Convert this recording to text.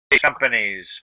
companies